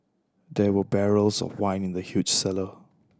there were barrels of wine in the huge cellar